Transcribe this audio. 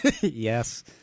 Yes